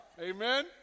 Amen